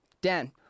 Dan